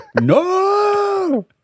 No